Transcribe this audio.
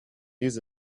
use